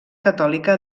catòlica